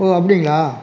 ஓ அப்படிங்களா